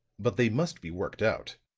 but they must be worked out.